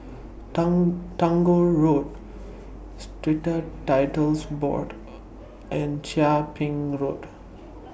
Tang Tagore Road Strata Titles Board and Chia Ping Road